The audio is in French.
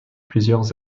plusieurs